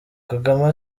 kagame